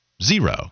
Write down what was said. zero